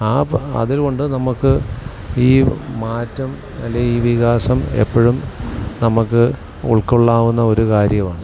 ആ അത്കൊണ്ട് നമുക്ക് ഈ മാറ്റം അല്ലെ ഈ വികാസം എപ്പോഴും നമുക്ക് ഉൾക്കൊള്ളാവുന്ന ഒരു കാര്യമാണ്